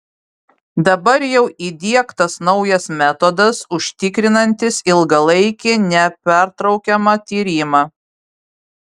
dabar jau įdiegtas naujas metodas užtikrinantis ilgalaikį nepertraukiamą tyrimą